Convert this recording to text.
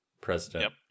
president